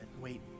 Wait